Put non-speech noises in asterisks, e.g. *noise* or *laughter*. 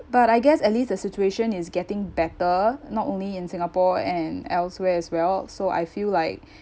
but I guess at least the situation is getting better not only in singapore and elsewhere as well so I feel like *breath*